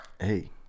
Hey